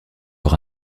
leur